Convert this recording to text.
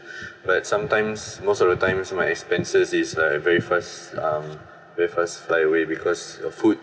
but sometimes most of the times my expenses is like very fast um very fast fly away because of food